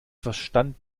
verstand